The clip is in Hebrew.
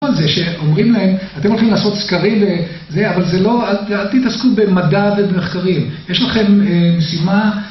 זה שאומרים להם, אתם הולכים לעשות סקרים וזה, אבל זה לא, אל תתעסקו במדע ובמחקרים, יש לכם משימה